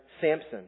Samson